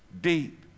deep